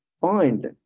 find